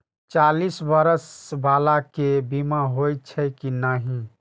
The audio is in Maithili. चालीस बर्ष बाला के बीमा होई छै कि नहिं?